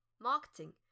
Marketing